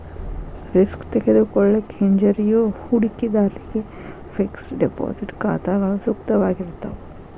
risk ತೆಗೆದುಕೊಳ್ಳಿಕ್ಕೆ ಹಿಂಜರಿಯೋ ಹೂಡಿಕಿದಾರ್ರಿಗೆ ಫಿಕ್ಸೆಡ್ ಡೆಪಾಸಿಟ್ ಖಾತಾಗಳು ಸೂಕ್ತವಾಗಿರ್ತಾವ